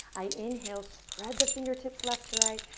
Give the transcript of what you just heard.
i inhale, spread the fingertips left to right,